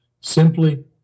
simply